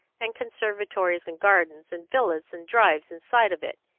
and conservatories and gardens and villas and drives inside of it,